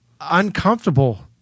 uncomfortable